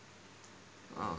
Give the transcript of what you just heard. orh